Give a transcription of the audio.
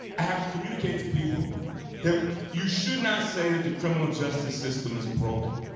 i have to communicate to people that you should not say that the criminal justice system is broken.